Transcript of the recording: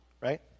right